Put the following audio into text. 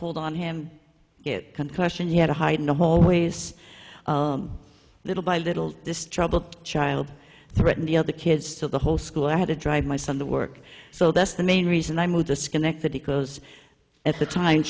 pulled on him it question he had to hide in the hallways little by little this troubled child threaten the other kids to the whole school i had to drive my son to work so that's the main reason i moved disconnected because at the time